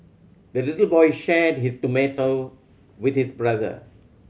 the little boy shared his tomato with his brother